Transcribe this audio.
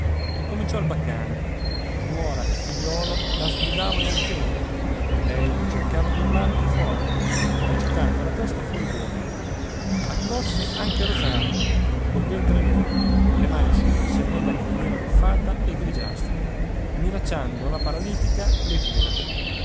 ricominciò il baccano nuora e figliuolo la sgridavano a un tempo lei cercava di urlar più forte agitando la testa furibonda accorse anche rosaria col ventre enorme le mani sudice nella criniera arruffata e grigiastra minacciando la paralitica lei pure